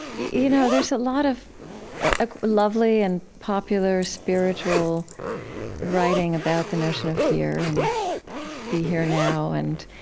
you know there's a lot of ah lovely and popular spiritual writing about the notion of here and be here now. and